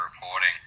reporting